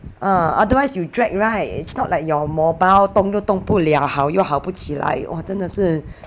uh otherwise you drag [right] it's not like your mobile 动都动不了好又好不起来 !wah! 真的是